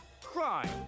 crime